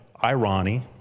irony